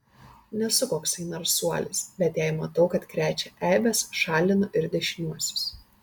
nesu koksai narsuolis bet jei matau kad krečia eibes šalinu ir dešiniuosius